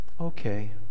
Okay